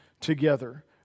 together